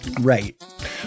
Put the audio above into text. Right